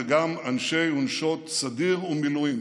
אלה אנשי ונשות סדיר ומילואים,